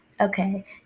okay